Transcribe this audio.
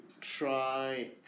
try